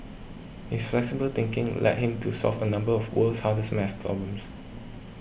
his flexible thinking led him to solve a number of world's hardest math problems